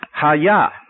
Haya